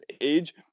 age